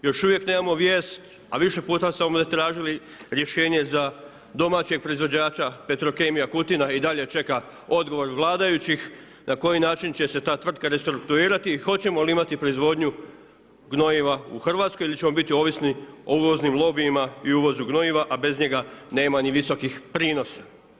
Još uvijek nemamo vijest, a više puta smo ovdje tražili rješenje za domaće proizvođača petrokemija Kutina i dalje čeka odgovor vladajućih na koji način će se ta tvrtka restrukturirati, hoćemo li imati proizvodnju gnojiva u Hrvatskoj ili ćemo biti ovisni o uvoznim lobijima i uvozu gnojiva a bez njih nema ni visokih prinosa.